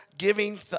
Giving